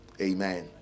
Amen